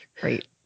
Great